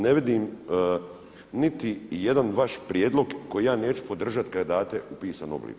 Ne vidim niti jedan vaš prijedlog koji ja neću podržati kada date u pisanom obliku.